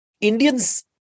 Indians